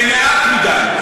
מעט מדי.